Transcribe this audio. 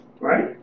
right